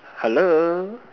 hello